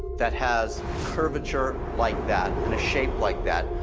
that has curvature like that and a shape like that,